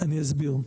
אני אסביר.